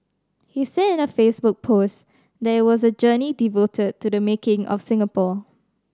he said in a Facebook post that it was a journey devoted to the making of Singapore